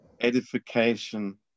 edification